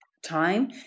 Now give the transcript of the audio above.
time